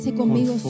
conmigo